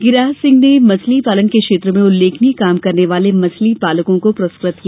गिरिराज सिंह ने मछली पालन के क्षेत्र में उल्लेखनीय काम करने वाले मछली पालकों को पुरस्कृत किया